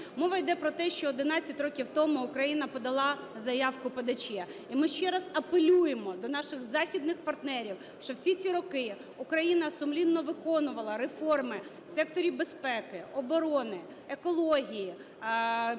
Мова йде про те, що 11 років тому Україна подала заявку в ПДЧ. І ми ще раз апелюємо до наших західних партнерів, що всі ці роки Україна сумлінно виконувала реформи в секторі безпеки, охорони, екології,